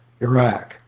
Iraq